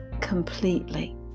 completely